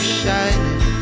shining